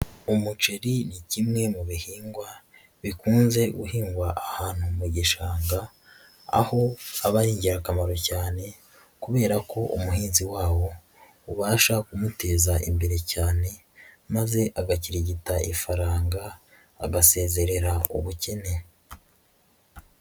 Umuceri ni kimwe mu bihingwa bikunze guhingwa ahantu mu gishanga, aho aba ari ingirakamaro cyane, kubera ko umuhinzi wawo ubasha kumuteza imbere cyane, maze agakirigita ifaranga agasezerera ubukene.